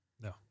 No